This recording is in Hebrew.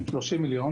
מיליון.